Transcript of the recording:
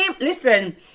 listen